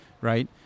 right